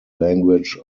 language